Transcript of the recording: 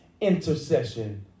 intercession